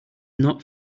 not